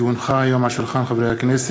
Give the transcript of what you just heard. כי הונחו היום על שולחן הכנסת,